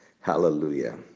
Hallelujah